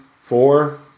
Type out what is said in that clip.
four